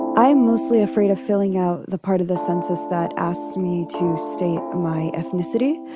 i am mostly afraid of filling out the part of the census that asks me to state my ethnicity.